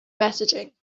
messaging